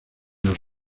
los